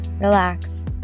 relax